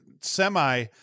semi